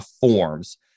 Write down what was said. forms